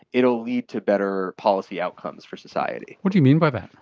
it will lead to better policy outcomes for society. what do you mean by that?